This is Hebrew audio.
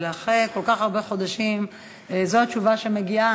ואחרי כל כך הרבה חודשים זו התשובה שמגיעה,